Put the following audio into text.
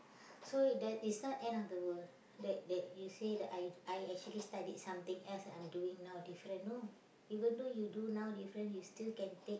so that is not end of the world that that you say that I I actually studied something else I'm doing now different no even though you do now different you still can take